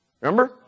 Remember